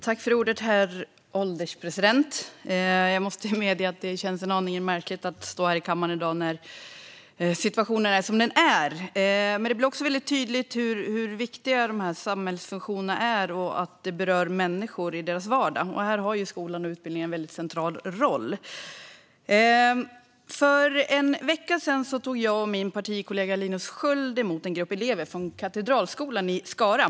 Herr ålderspresident! Jag måste medge att det känns en aning märkligt att stå här i kammaren i dag när situationen är som den är. Samtidigt blir det tydligt hur viktiga samhällsfunktioner är och att de berör människor i deras vardag. Skolan och utbildningen har här en väldigt central roll. För en vecka sedan tog jag och min partikollega Linus Sköld emot en grupp elever från Katedralskolan i Skara.